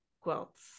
quilts